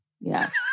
Yes